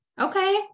okay